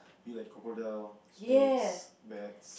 be like crocodiles snakes bats